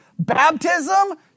baptism